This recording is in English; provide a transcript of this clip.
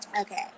Okay